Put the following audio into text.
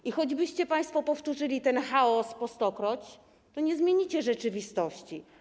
I choćbyście państwo powtórzyli ten „chaos” po stokroć, to nie zmienicie rzeczywistości.